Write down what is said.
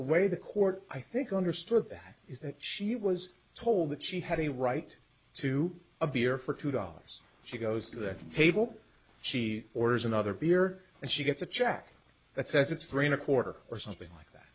way the court i think understood that is that she was told that she had a right to a beer for two dollars she goes to that table she orders another beer and she gets a check that says it's green a quarter or something like that